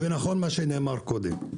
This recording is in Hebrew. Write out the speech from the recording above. זה נכון מה שנאמר קודם: